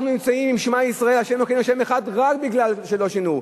אנחנו נמצאים עם "שמע ישראל ה' אלוקינו ה' אחד" רק מפני שלא שינו,